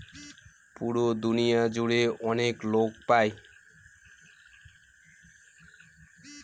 পুরো দুনিয়া জুড়ে অনেক লোক পাই